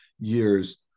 years